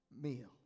meal